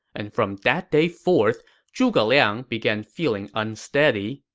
and from that day forth, zhuge liang began feeling unsteady,